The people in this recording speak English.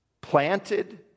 planted